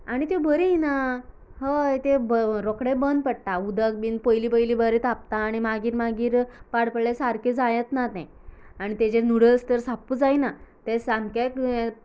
आनी त्यो बरें येना हय त्यो रोखड्यो बंद पडटा उदक बीन पयली पयली बरें तापता आनी मागीर मागीर पाड पडलें सारकें जायत ना तें आनी तेचे नुडल्स तर साप्प जायना तें सामकेंच हे